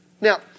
Now